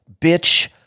Bitch